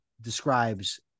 describes